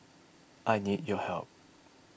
I need your help